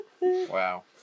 Wow